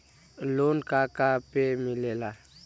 Loan का का पे मिलेला?